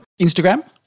Instagram